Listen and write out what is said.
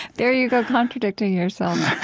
there you go contradicting yourself